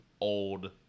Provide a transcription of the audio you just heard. old